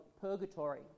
purgatory